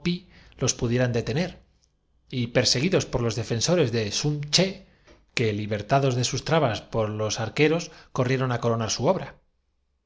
los pudieran detener y perseguidos por los defensores traéis las pruebas de la inmortalidad de sun ché que libertados de sus trabas por los arque sí repuso sun ché ros corrieron á obra coronar su